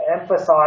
emphasize